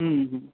हं हं